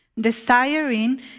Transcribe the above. desiring